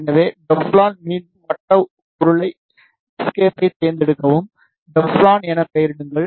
எனவே டெஃப்ளான் மீண்டும் வட்ட உருளை எஸ்கேப்பை தேர்ந்தெடுக்கவும் டெஃப்ளான் என பெயரிடுங்கள்